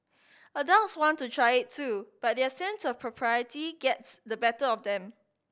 adults want to try it too but their sense of propriety gets the better of them